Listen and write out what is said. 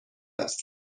است